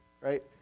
right